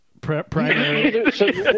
primary